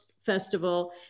festival